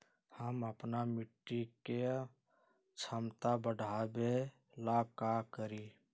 हम अपना मिट्टी के झमता बढ़ाबे ला का करी?